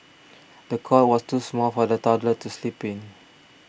the cot was too small for the toddler to sleep in